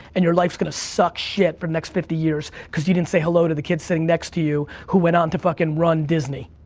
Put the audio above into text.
and your life is gonna suck shit for the next fifty years, cause you didn't say hello to the kid sitting next to you who went on to fuckin' run disney.